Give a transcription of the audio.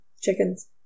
Chickens